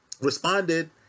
responded